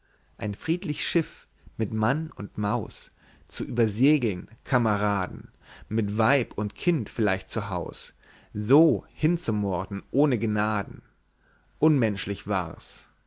ein friedlich schiff mit mann und maus zu übersegeln kameraden mit weib und kind vielleicht zu haus so hinzumorden ohne gnaden unmenschlich war's